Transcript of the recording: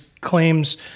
claims